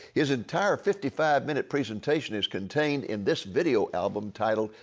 his entire fifty five minute presentation is contained in this video album titled,